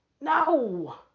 No